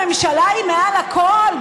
הממשלה היא מעל הכול,